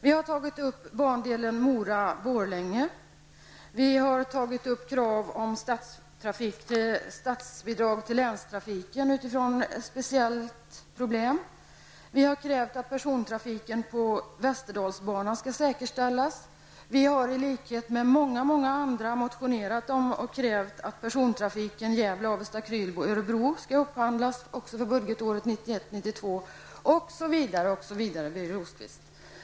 Vi har tagit upp bandelen Mora--Borlänge. Vi har också tagit upp krav på statsbidrag till länstrafiken utifrån ett speciellt problem. Vi har krävt att persontrafiken på västerdalsbanan skall säkerställas. Vi har, i likhet med många andra, motionerat om och krävt att persontrafiken Gävle--Avesta--Krylbo--Örebro skall upphandlas även för budgetåret 1991/92 m.m.